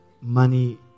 money